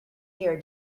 year